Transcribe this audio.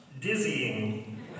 dizzying